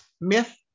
Myth